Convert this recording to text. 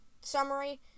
summary